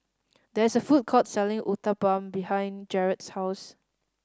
there is a food court selling Uthapam behind Gerard's house